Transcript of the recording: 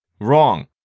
Wrong